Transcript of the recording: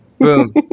Boom